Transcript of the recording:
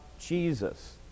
Jesus